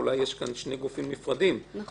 אולי יש כאן שני גופים נפרדים -- נכון.